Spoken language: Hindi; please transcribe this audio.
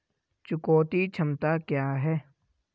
चुकौती क्षमता क्या है?